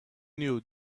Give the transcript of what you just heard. knew